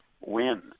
win